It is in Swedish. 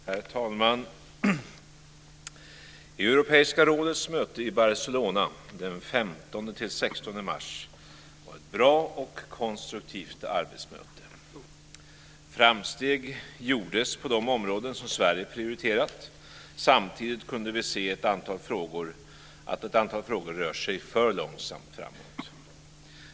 Herr talman! Europeiska rådets möte i Barcelona den 15-16 mars var ett bra och konstruktivt arbetsmöte. Framsteg gjordes på de områden som Sverige prioriterat. Samtidigt kunde vi se att ett antal frågor rör sig för långsamt framåt.